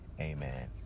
Amen